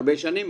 הרבה שנים,